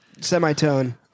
semitone